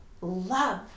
love